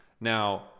Now